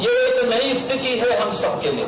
यह एक नई स्थिति है हम सबके लिये